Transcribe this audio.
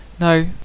No